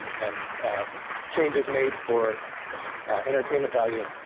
and changes made for entertainment value.